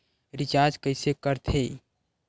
Recharge कइसे कर थे?